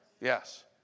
Yes